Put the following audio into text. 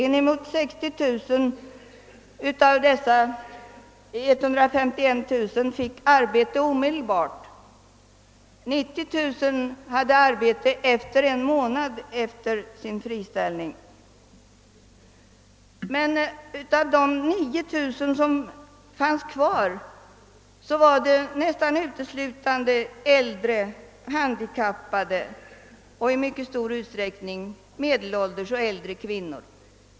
Omkring 55000 av de 151 000 friställda fick arbete omedelbart, 90 000 hade arbete efter en månad efter friställningen. Men de 9 000 som fanns kvar utgjordes nästan uteslutande av äldre eller handikappade, i mycket stor utsträckning medelålders och äldre kvinnor.